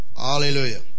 Hallelujah